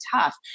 tough